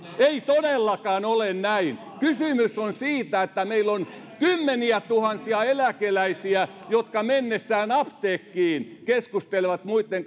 ei todellakaan ole näin kysymys on siitä että meillä on kymmeniätuhansia eläkeläisiä jotka mennessään apteekkiin keskustelevat muitten